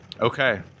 Okay